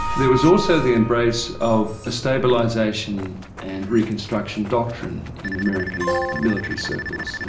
there was also the embrace of a stabilisation and reconstruction doctrine in american military circles.